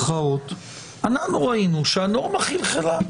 ראינו שהנורמה חלחלה.